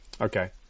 Okay